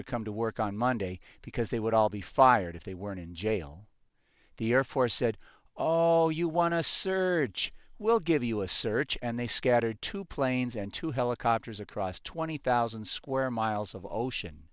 to come to work on monday because they would all be fired if they were in jail the air force said oh you want to search we'll give you a search and they scattered two planes and two helicopters across twenty thousand square miles of ocean